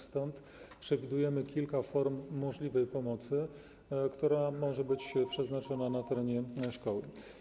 Stąd przewidujemy kilka form możliwej pomocy, która może być udzielona na terenie szkoły.